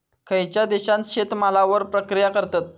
खयच्या देशात शेतमालावर प्रक्रिया करतत?